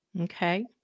Okay